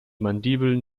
mandibeln